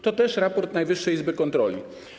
To też raport Najwyższej Izby Kontroli.